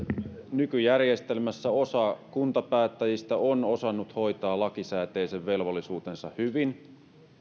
nykyjärjestelmässä osa kuntapäättäjistä on osannut hoitaa lakisääteisen velvollisuutensa hyvin